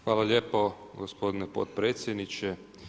Hvala lijepo gospodine potpredsjedniče.